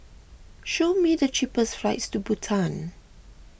show me the cheapest flights to Bhutan